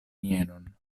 mienon